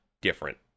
different